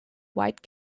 white